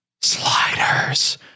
sliders